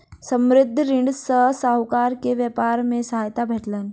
संबंद्ध ऋण सॅ साहूकार के व्यापार मे सहायता भेटलैन